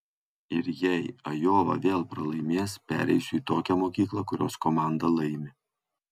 ir jei ajova vėl pralaimės pereisiu į tokią mokyklą kurios komanda laimi